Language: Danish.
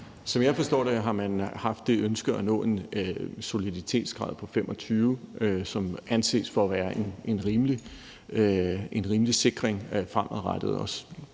Som jeg forstår det, har man haft det ønske at nå en soliditetsgrad på 25, som anses for at være en rimelig sikring fremadrettet.